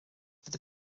fydd